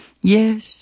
Yes